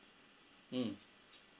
mm